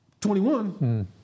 21